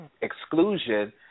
exclusion